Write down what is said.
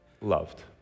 loved